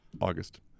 August